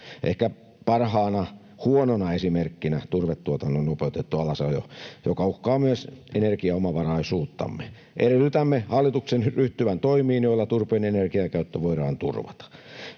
ehkä parhaana huonona esimerkkinä turvetuotannon nopeutettu alasajo, joka uhkaa myös energiaomavaraisuuttamme. Edellytämme hallituksen ryhtyvän toimiin, joilla turpeen energiakäyttö voidaan turvata.